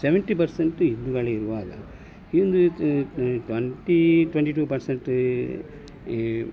seventy percent ಹಿಂದೂಗಳಿರುವಾಗ ಇವರೊಂದು twenty twenty two percent ಈ